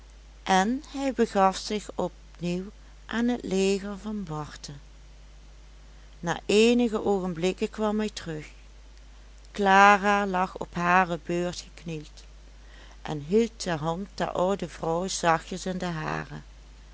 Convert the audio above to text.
en hij begaf zich op nieuw aan het leger van barte na eenige oogenblikken kwam hij terug clara lag op hare beurt geknield en hield de hand der oude vrouw zachtjes in de hare